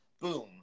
boom